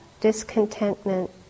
discontentment